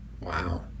Wow